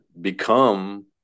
become